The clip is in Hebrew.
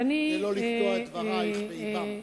כדי לא לקטוע את דברייך באבם.